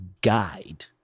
Guide